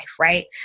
right